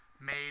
made